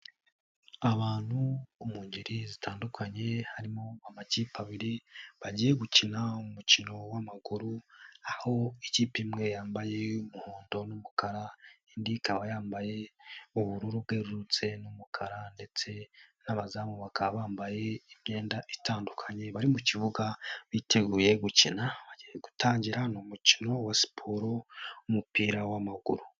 Abantu mu ngeri zitandukanye harimo amakipe abiri bagiye gukina umukino w'amaguru, aho ikipe imwe yambaye umuhondo n'umukara, indi ikaba yambaye ubururu bwerurutse n'umukara ndetse n'abazamu bakaba bambaye imyenda itandukanye bari mu kibuga biteguye gukina; bagiye gutangira, ni umukino wa siporo w'umupira w'amaguru.